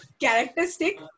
characteristic